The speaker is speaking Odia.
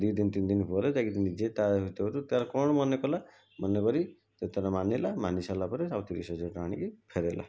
ଦୁଇ ଦିନ ତିନି ଦିନ ପରେ ଯାଇକି ନିଜେ ତା ଭିତରୁ ତା'ର କଣ ମନେକଲା ମନେକରି ସିଏ ତା'ର ମାନିଲା ମାନି ସାରିଲା ପରେ ଆଉ ତିରିଶ ହଜାର ଟଙ୍କା ଆଣିକି ଫେରେଇଲା